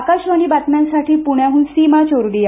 आकाशवाणी बातम्यांसाठी पुण्याहून सीमा चोरडिया